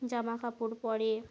জামাকাপড় পরে